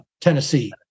Tennessee